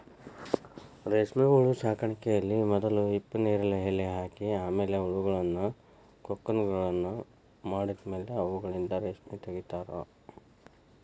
ರೇಷ್ಮೆಹುಳು ಸಾಕಾಣಿಕೆಯಲ್ಲಿ ಮೊದಲು ಹಿಪ್ಪುನೇರಲ ಎಲೆ ಹಾಕಿ ಆಮೇಲೆ ಹುಳಗಳು ಕೋಕುನ್ಗಳನ್ನ ಮಾಡಿದ್ಮೇಲೆ ಅವುಗಳಿಂದ ರೇಷ್ಮೆ ತಗಿತಾರ